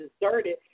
deserted